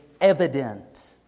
evident